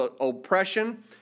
oppression